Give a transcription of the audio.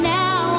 now